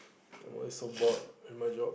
somemore it's so bored my job